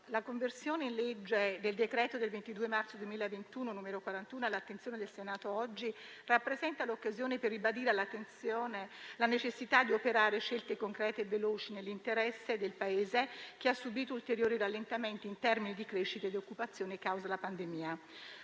la conversione in legge del decreto-legge del 22 marzo 2021, n. 41, all'attenzione del Senato oggi, rappresenta l'occasione per ribadire la necessità di operare scelte concrete e veloci nell'interesse del Paese, che ha subito ulteriori rallentamenti in termini di crescita e di occupazione a causa della pandemia.